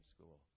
school